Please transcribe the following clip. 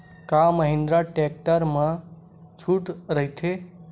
का महिंद्रा टेक्टर मा छुट राइथे?